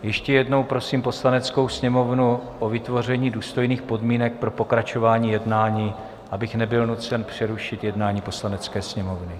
Ještě jednou prosím Poslaneckou sněmovnu o vytvoření důstojných podmínek pro pokračování jednání, abych nebyl nucen přerušit jednání Poslanecké sněmovny.